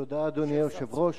אדוני היושב-ראש,